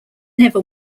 never